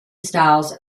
styles